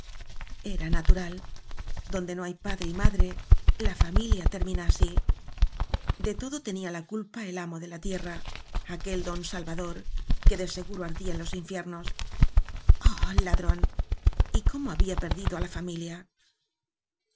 era natural donde no hay padre y madre la familia termina así de todo tenía la culpa el amo de la tierra aquel don salvador que de seguro ardía en los infiernos ah la drón y cómo había perdido á la familia